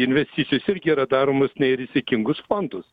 investicijos irgi yra daromos ne į rizikingus fondus